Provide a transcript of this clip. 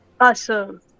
Awesome